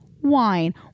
wine